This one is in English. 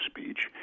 speech